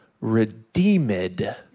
redeemed